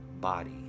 body